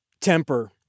temper